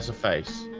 ah face.